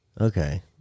Okay